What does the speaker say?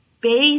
base